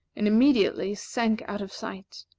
and immediately sank out of sight.